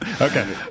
Okay